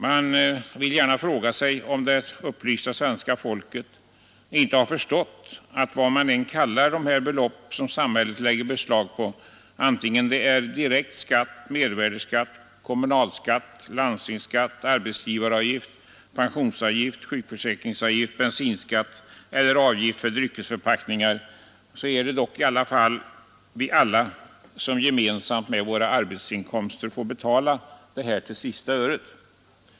Man vill gärna fråga sig om det upplysta svenska folket inte har förstått att vad man än kallar de belopp som samhället lägger beslag på, antingen det är direkt skatt, mervärdeskatt, kommunalskatt, landstingsskatt, arbetsgivaravgift, pensionsavgift, sjukförsäkringsav gift, bensinskatt eller avgift på dryckesförpackningar, så är det dock vi alla som gemensamt med våra arbetsinkomster får betala till sista öret.